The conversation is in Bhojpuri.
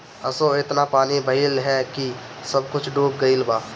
असो एतना पानी भइल हअ की सब कुछ डूब गईल बा